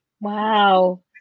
Wow